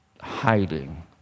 hiding